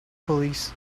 pulleys